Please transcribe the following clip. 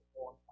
on